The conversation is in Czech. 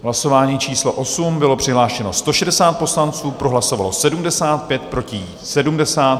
V hlasování číslo 8 bylo přihlášeno 160 poslanců, pro hlasovalo 75, proti 70.